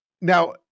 Now